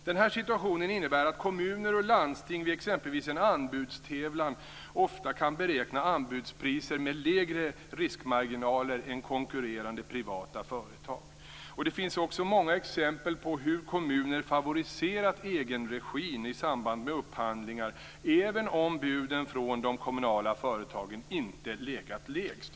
Den här situationen innebär att kommuner och landsting vid exempelvis en anbudstävlan ofta kan beräkna anbudspriser med lägre riskmarginaler än konkurrerande privata företag. Det finns också många exempel på att kommuner favoriserat egenregin i samband med upphandlingar även om buden från de kommunala företagen inte legat lägst.